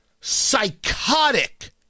psychotic